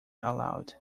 aloud